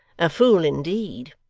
a fool indeed.